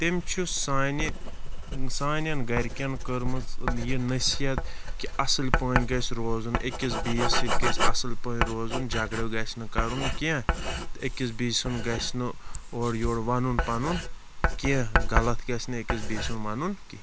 تٔمۍ چھُ سانہِ سانٮ۪ن گَرِکٮ۪ن کٔرمٕژ یہِ نصیٖحت کہِ اَصٕل پٲنۍ گژھِ روزُن أکِس بیٚیِس سۭتۍ گژھِ اَصٕل پٲنۍ روزُن جھَگڑٕ گژھِ نہٕ کَرُن کینٛہہ تہٕ أکِس بیٚیہِ سُنٛد گژھِ نہٕ اورٕ یورٕ وَنُن پَنُن کینٛہہ غلط گژھِ نہٕ أکِس بیٚیہِ سُنٛد وَنُن کینٛہہ